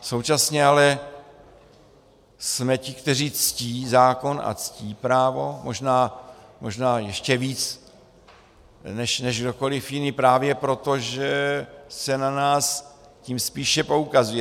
Současně ale jsme ti, kteří ctí zákon a ctí právo, možná ještě víc než kdokoliv jiný, právě proto, že se na nás tím spíše poukazuje.